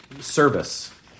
Service